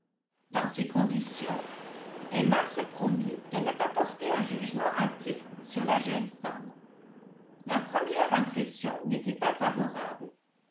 dans ces conditions emma se promit de ne pas porter un jugement hâtif sur la jeune femme la première impression n'était pas favorable